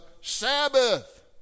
Sabbath